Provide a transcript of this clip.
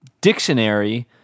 dictionary